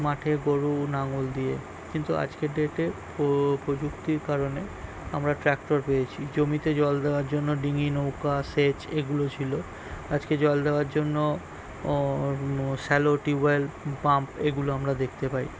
মাঠে গোরু লাঙল দিয়ে কিন্তু আজকের ডেটে প্রযুক্তির কারণে আমরা ট্র্যাক্টর পেয়েছি জমিতে জল দেওয়ার জন্য ডিঙি নৌকা সেচ এগুলো ছিল আজকে জল দেওয়ার জন্য ও শ্যালো টিউবওয়েল পাম্প এগুলো আমরা দেখতে পাই